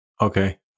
Okay